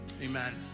amen